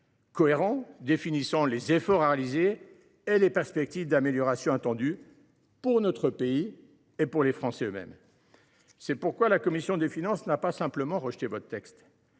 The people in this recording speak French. cohérent définissant les efforts à réaliser et les perspectives d’amélioration attendues, pour notre pays et pour les Français eux mêmes. C’est pourquoi la commission des finances n’a pas simplement rejeté votre texte